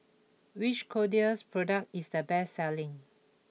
which Kordel's product is the best selling